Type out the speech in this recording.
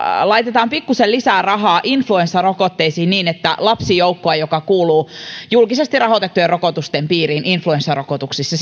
laitetaan pikkusen lisää rahaa influenssarokotteisiin niin että lapsijoukkoa joka kuuluu julkisesti rahoitettujen rokotusten piiriin influenssarokotuksissa